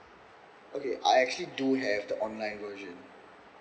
okay I actually do have the online version